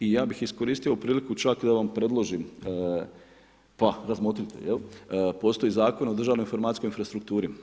I ja bih iskoristio ovu priliku čak i da vam predložim pa razmotrite, postoji Zakon o državnoj informacijskoj infrastrukturi.